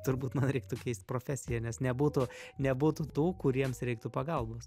turbūt man reiktų keist profesiją nes nebūtų nebūtų tų kuriems reiktų pagalbos